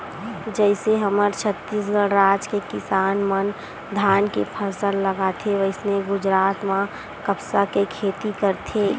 जइसे हमर छत्तीसगढ़ राज के किसान मन धान के फसल लगाथे वइसने गुजरात म कपसा के खेती करथे